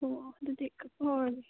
ꯑꯣ ꯑꯗꯨꯗꯤ ꯀꯛꯄ ꯍꯧꯔꯁꯤ